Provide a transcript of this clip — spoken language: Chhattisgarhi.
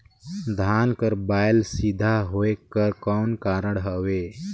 धान कर बायल सीधा होयक कर कौन कारण हवे?